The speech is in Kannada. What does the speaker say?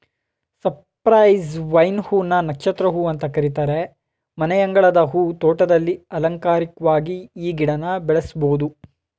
ಸೈಪ್ರಸ್ ವೈನ್ ಹೂ ನ ನಕ್ಷತ್ರ ಹೂ ಅಂತ ಕರೀತಾರೆ ಮನೆಯಂಗಳದ ಹೂ ತೋಟದಲ್ಲಿ ಅಲಂಕಾರಿಕ್ವಾಗಿ ಈ ಗಿಡನ ಬೆಳೆಸ್ಬೋದು